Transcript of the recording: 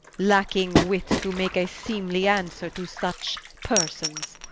lacking wit to make a seemely answer to such persons.